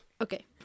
Okay